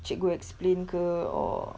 cikgu explain ke or